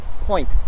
point